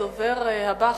הדובר הבא,